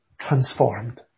transformed